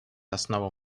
основу